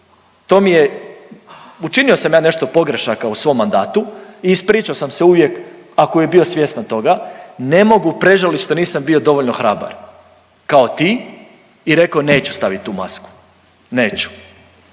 To mi je, učinio sam ja nešto pogrešaka u svom mandatu i ispričao sam se uvijek ako je bio svjestan toga. Ne mogu prežalit što nisam bio dovoljno hrabar kao ti i rekao neću stavit tu masku. Neću.